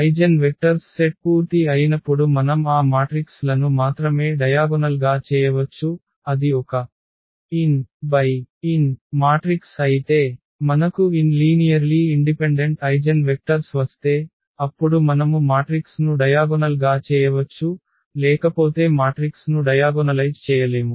eigenvectors set పూర్తి అయినప్పుడు మనం ఆ మాట్రిక్స్ లను మాత్రమే డయాగొనల్ గా చేయవచ్చు అది ఒక n × n మాట్రిక్స్ అయితే మనకు n లీనియర్లీ ఇండిపెండెంట్ ఐగెన్వెక్టర్స్ వస్తే అప్పుడు మనము మాట్రిక్స్ ను డయాగొనల్ గా చేయవచ్చు లేకపోతే మాట్రిక్స్ ను డయాగొనలైజ్ చేయలేము